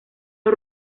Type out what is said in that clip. los